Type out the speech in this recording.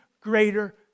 greater